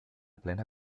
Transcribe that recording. plena